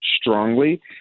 strongly